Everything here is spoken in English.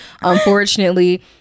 Unfortunately